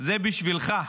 זה בשבילך.